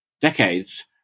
decades